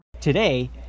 Today